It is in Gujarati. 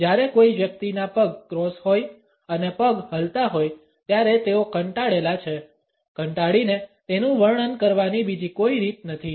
જ્યારે કોઈ વ્યક્તિના પગ ક્રોસ હોય અને પગ હલતા હોય ત્યારે તેઓ કંટાળેલા છે કંટાળીને તેનું વર્ણન કરવાની બીજી કોઈ રીત નથી